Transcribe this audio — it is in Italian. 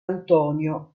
antonio